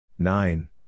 Nine